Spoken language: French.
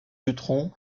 dutronc